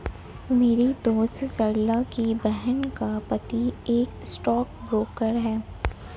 मेरी दोस्त सरला की बहन का पति एक स्टॉक ब्रोकर है